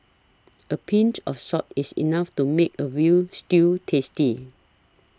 a pinch of salt is enough to make a Veal Stew tasty